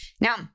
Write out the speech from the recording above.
Now